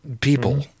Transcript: people